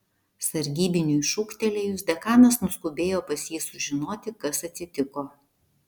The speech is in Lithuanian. sargybiniui šūktelėjus dekanas nuskubėjo pas jį sužinoti kas atsitiko